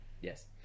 Yes